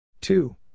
Two